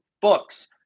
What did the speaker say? books